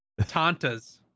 Tantas